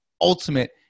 ultimate